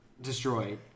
destroyed